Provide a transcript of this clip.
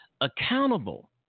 accountable